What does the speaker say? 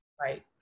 Right